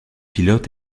pilotes